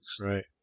Right